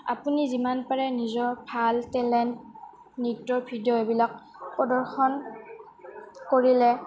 আপুনি যিমান পাৰে নিজৰ ভাল টেলেণ্ট নৃত্য ভিডিঅ' এইবিলাক প্ৰদৰ্শন কৰিলে